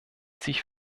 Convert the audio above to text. sich